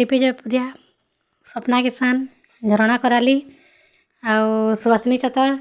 ଲିପିଜା ପରିହା ସ୍ୱପ୍ନା କିଶାନ୍ ଝରଣା କରାଲି ଆଉ ସୁବାଷିନୀ ଛତର୍